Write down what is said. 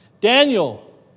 Daniel